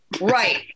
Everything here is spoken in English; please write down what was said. Right